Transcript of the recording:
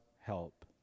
help